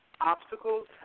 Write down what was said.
obstacles